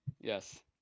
Yes